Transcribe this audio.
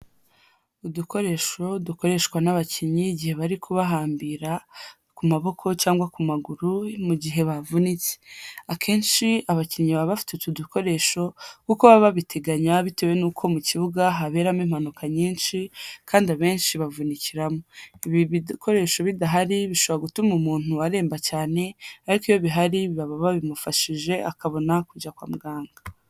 Udukoresho dukoreshwa n'abakinnyi igihe bari kubahambira ku maboko cyangwa ku maguru mu gihe bavunitse. Akenshi abakinnyi baba bafite udukoresho kuko baba babiteganya bitewe n'uko mu kibuga haberamo impanuka nyinshi kandi abenshi bavunikiramo. Ibi bikoresho bidahari bishobora gutuma umuntu aremba cyane ariko iyo bihari baba babimufashije akabona kujya kwa muganga.